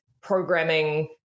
programming